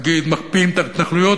מקפיאים את ההתנחלויות,